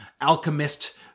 alchemist